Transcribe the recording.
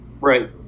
right